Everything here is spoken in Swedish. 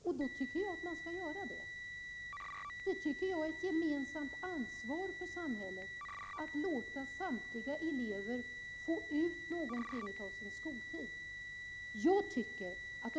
Det tycker jag att man skall göra. Det är ett gemensamt ansvar för samhället att låta samtliga elever få ut något av sin skoltid.